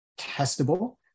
testable